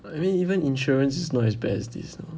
I mean even insurance is not as bad as this you know